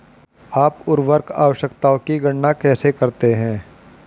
आप उर्वरक आवश्यकताओं की गणना कैसे करते हैं?